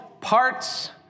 parts